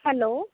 hello